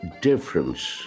difference